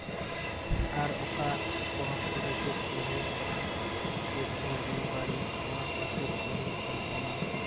ᱟᱨ ᱚᱠᱟ ᱯᱚᱱᱚᱛ ᱠᱚᱨᱮ ᱪᱮᱫ ᱠᱚ ᱦᱩᱭᱩᱜ ᱠᱟᱱᱟ ᱪᱮᱫ ᱵᱩᱜᱤ ᱵᱟᱹᱲᱤᱡ ᱚᱱᱟ ᱠᱚ ᱪᱮᱫ ᱠᱚ ᱦᱩᱭᱩᱜ ᱠᱟᱱᱟ ᱚᱱᱟ